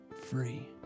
Free